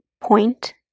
point